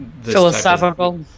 philosophical